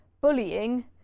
bullying